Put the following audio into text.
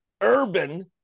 urban